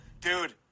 Dude